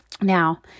now